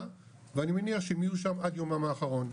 ואני מניח שהם יהיו שם עד יומם האחרון.